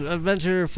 Adventure